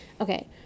okay